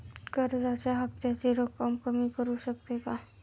कर्जाच्या हफ्त्याची रक्कम कमी करू शकतो का?